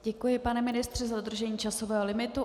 Děkuji, pane ministře, za dodržení časového limitu.